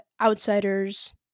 outsider's